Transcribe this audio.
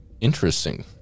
Interesting